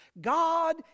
God